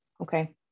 Okay